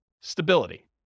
stability